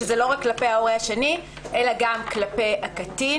שזה לא רק כלפי ההורה השני אלא גם כלפי הקטין,